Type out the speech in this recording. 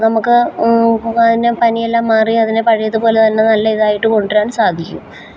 നമ്മള്ക്ക് അതിനെ പനി എല്ലാം മാറി അതിനെ പഴയതുപോലെതന്നെ നല്ല ഇതായിട്ട് കൊണ്ടുവരാൻ സാധിക്കും